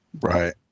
Right